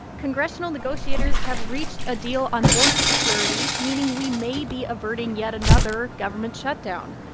congressional negotiators have reached a deal on border security, meaning we may be averting yet another government shutdown.